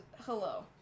hello